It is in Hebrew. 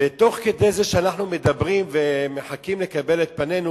ותוך כדי שאנו מדברים ומחכים שיבואו לקבל את פנינו